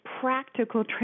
practical